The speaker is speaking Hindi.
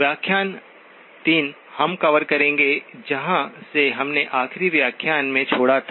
व्याख्यान 3 हम कवर करेंगे जहां से हमने आखिरी व्याख्यान में छोड़ा था